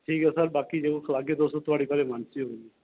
ठीक ऐ सर बाकी जो खलागे तुस तुं'दी भलीमानसी